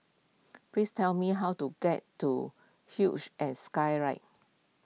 please tell me how to get to huge and Skyride